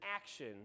action